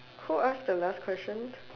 who ask the last question